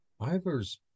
Ivers